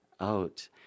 out